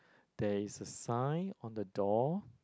there is a sign on the door